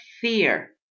fear